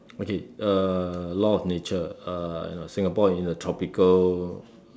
okay err law of nature uh you know Singapore is a tropical